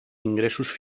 ingressos